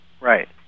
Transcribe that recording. Right